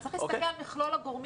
צריך להסתכל על מכלול גורמים.